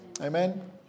Amen